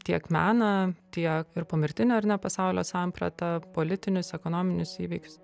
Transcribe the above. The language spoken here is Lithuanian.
tiek meną tiek ir pomirtinio ar ne pasaulio sampratą politinius ekonominius įvykius